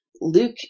Luke